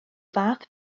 fath